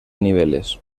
niveles